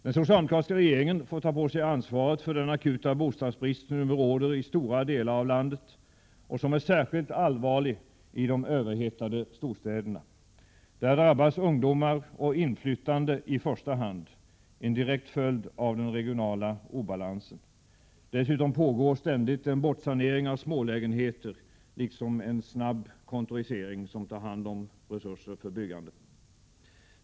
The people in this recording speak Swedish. Den socialdemokratiska regeringen får ta på sig ansvaret för den akuta bostadsbrist som nu råder i stora delar av landet och som är särskilt allvarlig i de överhettade storstäderna. Där drabbas ungdomar och inflyttade i första hand, en direkt följd av den regionala obalansen. Dessutom pågår ständigt en bortsanering av smålägenheter och även kontorisering, som tar hand om resurser för byggande.